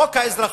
בחוק האזרחות,